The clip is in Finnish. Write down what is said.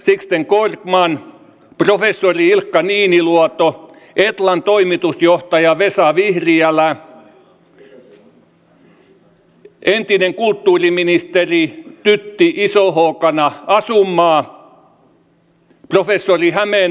sixten korkman professori ilkka niililuoto etlan toimitusjohtaja vesa vihriälä entinen kulttuuriministeri tytti isohookana asunmaa professori hämeen anttila ja niin edelleen